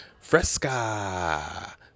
fresca